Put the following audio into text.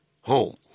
home